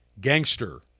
Gangster